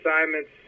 assignments